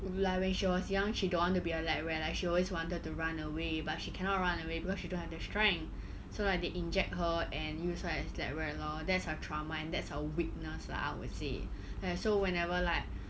like when she was young she don't want to be a lab rat like she would always wanted to run away but she cannot run away because she don't have the strength so like they inject her and use her as lab rat lor and that's her trauma and that's her weakness lah I would say like so whenever like